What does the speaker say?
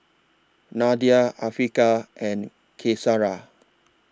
Nadia Afiqah and Qaisara